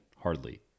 hardly